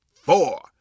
four